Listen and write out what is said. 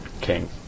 King